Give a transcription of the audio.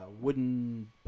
wooden